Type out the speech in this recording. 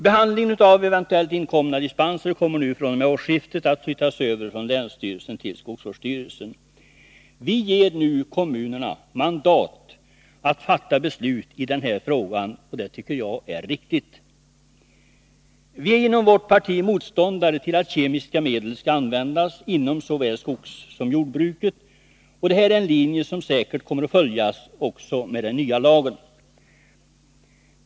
Behandlingen av eventuellt inkomna dispenser kommer fr.o.m. årsskiftet att flyttas över från länsstyrelsen till skogsvårdsstyrelsen. Vi ger nu kommunerna mandat att fatta beslut i den här frågan. Det tycker jag är riktigt. Vi är inom vårt parti motståndare till att kemiska medel skall få användas inom såväl skogssom jordbruket. Det är en linje som säkert kommer att följas också med den nya lagen.